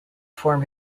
form